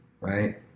right